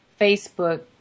Facebook